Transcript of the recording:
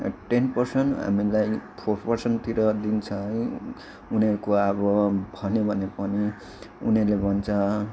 ten percent हामीलाई four पर्सेन्टतिर दिन्छ है उनीहरूको अब भन्यो भने पनि उनीहरूले भन्छ